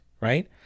right